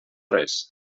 res